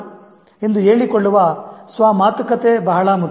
ಎಂದು ಹೇಳಿಕೊಳ್ಳುವ ಈ ಸ್ವ ಮಾತುಕತೆ ಬಹಳ ಮುಖ್ಯ